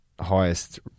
highest